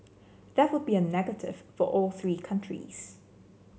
that would be a negative for all three countries